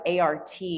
ART